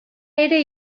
ere